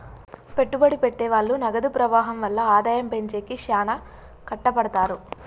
పెట్టుబడి పెట్టె వాళ్ళు నగదు ప్రవాహం వల్ల ఆదాయం పెంచేకి శ్యానా కట్టపడతారు